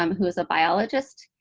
um who is a biologist.